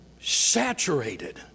Saturated